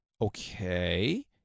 Okay